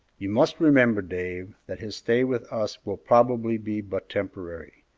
you must remember, dave, that his stay with us will probably be but temporary.